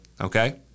okay